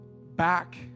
back